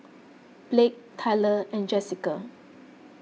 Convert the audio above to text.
Blake Tyler and Jesica